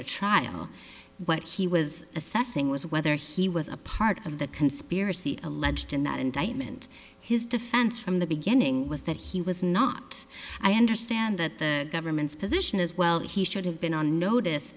to trial what he was assessing was whether he was a part of the conspiracy alleged in that indictment his defense from the beginning was that he was not i understand that the government's position is well he should have been on notice